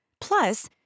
Plus